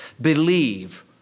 believe